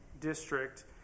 district